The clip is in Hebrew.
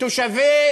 תושבי